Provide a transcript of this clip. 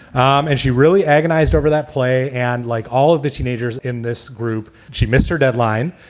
um and she really agonized over that play. and like all of the teenagers in this group, she missed her deadline,